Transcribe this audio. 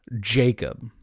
Jacob